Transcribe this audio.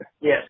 Yes